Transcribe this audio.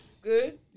Good